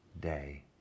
day